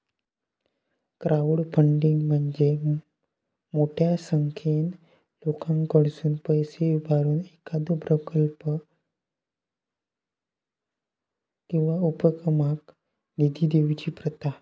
crowdfunding म्हणजे मोठ्यो संख्येन लोकांकडसुन पैसा उभारून एखाद्यो प्रकल्पाक किंवा उपक्रमाक निधी देऊची प्रथा